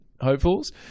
hopefuls